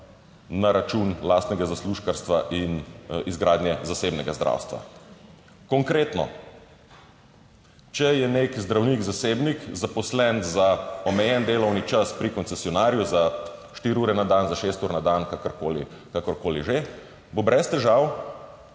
na račun lastnega zaslužkarstva in izgradnje zasebnega zdravstva. Konkretno, če je nek zdravnik zasebnik zaposlen za omejen delovni čas pri koncesionarju za 4 ure na dan, za 6 ur na dan, kakorkoli že bo, brez težav